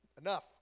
enough